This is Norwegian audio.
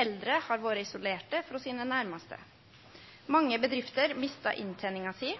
Eldre har vore isolerte frå sine næraste. Mange bedrifter mista innteninga si,